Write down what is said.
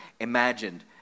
imagined